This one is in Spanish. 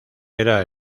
era